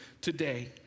today